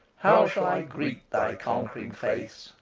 how shall i greet thy conquering face,